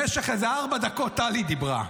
במשך כארבע דקות טלי דיברה,